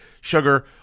sugar